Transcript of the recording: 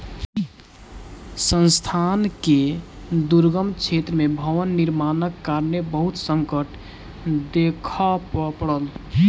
संस्थान के दुर्गम क्षेत्र में भवन निर्माणक कारणेँ बहुत संकट देखअ पड़ल